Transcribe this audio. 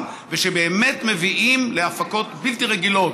ושבאמת מביאים להפקות בלתי רגילות,